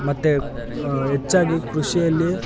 ಮತ್ತು ಹೆಚ್ಚಾಗಿ ಕೃಷಿಯಲ್ಲಿ